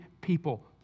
people